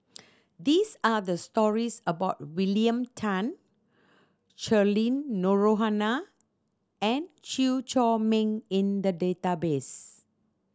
these are the stories about William Tan Cheryl and Chew Chor Meng in the database